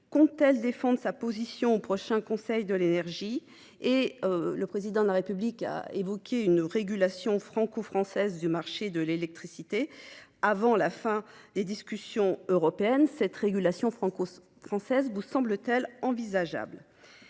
compte-t-elle défendre sa position lors du prochain Conseil Énergie ? Le Président de la République a évoqué une régulation franco-française du marché de l’électricité avant la fin des discussions européennes. Cette régulation vous semble-t-elle envisageable ?